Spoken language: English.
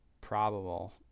probable